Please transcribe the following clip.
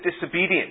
disobedience